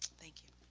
thank you.